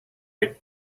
right